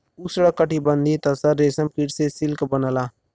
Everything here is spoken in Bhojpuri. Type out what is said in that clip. उष्णकटिबंधीय तसर रेशम कीट से सिल्क बनला